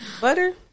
Butter